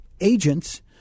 agents